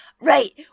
right